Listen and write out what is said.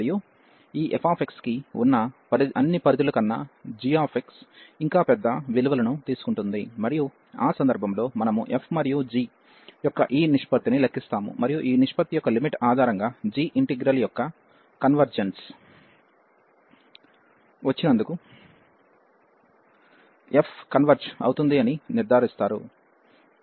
మరియు ఈ f కి ఉన్న అన్ని పరిధుల కన్నా gx ఇంకా పెద్ద విలువలను తీసుకుంటోంది మరియు ఆ సందర్భంలో మనము f మరియు g యొక్క ఈ నిష్పత్తిని లెక్కిస్తాము మరియు ఈ నిష్పత్తి యొక్క లిమిట్ ఆధారంగా g ఇంటిగ్రల్ యొక్క కన్వెర్జెన్స్ వచ్చినందుకు f కన్వెర్జ్ అవుతుంది అని నిర్ధారిస్తారు